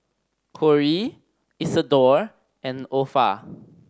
Cory Isadore and Opha